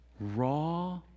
raw